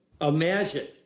Imagine